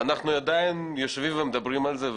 ואנחנו עדיין יושבים ומדברים על זה,